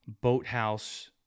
Boathouse